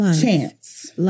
chance